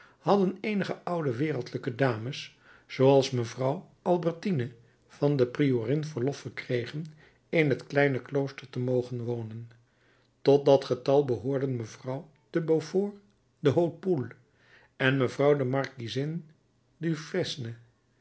hadden eenige oude wereldlijke dames zooals mevrouw albertine van de priorin verlof verkregen in het kleine klooster te mogen wonen tot dat getal behoorden mevrouw de beaufort d'hautpoul en mevrouw de markiezin dufresne